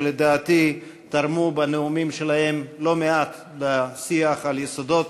שלדעתי תרמו בנאומים שלהם לא מעט לשיח על יסודות